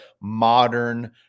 modern